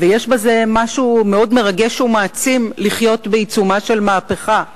יש בזה משהו מאוד מרגש ומעצים לחיות בעיצומה של מהפכה.